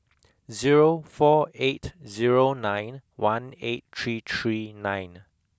zero four eight zero nine one eight three three nine